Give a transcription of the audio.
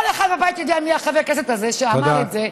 כל אחד בבית הזה יודע מי חבר הכנסת הזה שאמר את זה,